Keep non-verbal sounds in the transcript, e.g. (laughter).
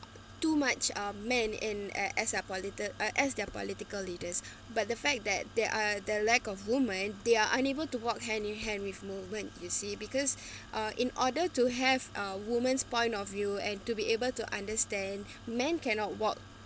too much um men in as a polluted uh as their political leaders (breath) but the fact that there are the lack of women they are unable to walk hand in hand with movement you see because (breath) uh in order to have a woman's point of view and to be able to understand man cannot walk